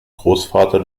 großvater